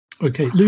Okay